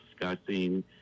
discussing